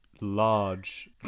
large